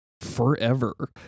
forever